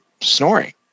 snoring